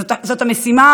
זו המשימה